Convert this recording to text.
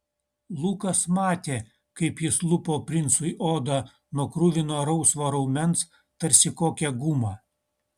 lukas matė kaip jis lupo princui odą nuo kruvino rausvo raumens tarsi kokią gumą